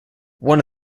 one